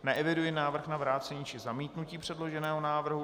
Neeviduji návrh na vrácení či zamítnutí předloženého návrhu.